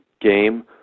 Game